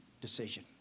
decision